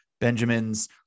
Benjamin's